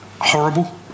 horrible